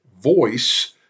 voice